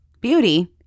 beauty